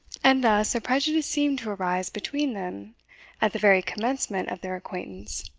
and thus a prejudice seemed to arise between them at the very commencement of their acquaintance.